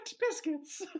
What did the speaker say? biscuits